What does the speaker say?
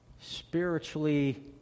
Spiritually